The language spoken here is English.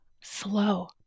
Slow